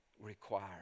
required